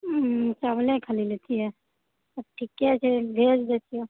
चावले खाली लैतिऐ ठीके छै भेज दए छियै